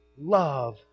love